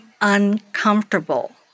uncomfortable